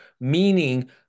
meaning